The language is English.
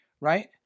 right